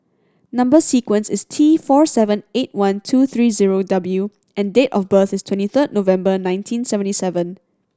number sequence is T four seven eight one two three zero W and date of birth is twenty third November nineteen seventy seven